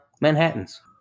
Manhattans